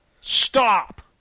Stop